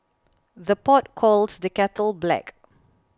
the pot calls the kettle black